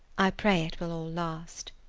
i pray it will all last.